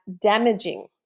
damaging